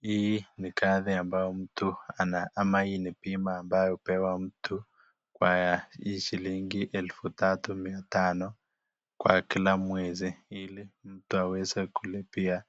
Hii ni gari ambayo mtu, ama hii ni bima ambayo hupewa mtu kwa hii shilingi 3,500 kwa kila mwezi, ili mtu aweze kulipia